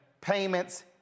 payments